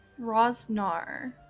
Rosnar